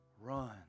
run